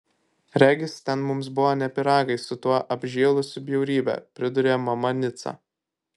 regis ten mums buvo ne pyragai su tuo apžėlusiu bjaurybe pridūrė mama nica